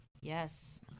Yes